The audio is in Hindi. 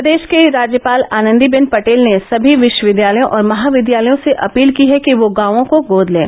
प्रदेश की राज्यपाल आनंदी बेन पटेल ने सभी विश्वविद्यालयों और महाविद्यालयों से अपील की है कि वह गांवो को गोद लें